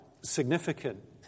significant